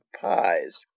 Pies